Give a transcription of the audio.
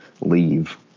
leave